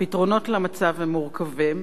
הפתרונות למצב הם מורכבים,